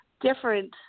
different